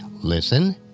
listen